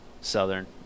Southern